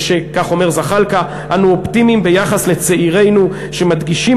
כך אומר זחאלקה: אנו אופטימיים ביחס לצעירינו שמדגישים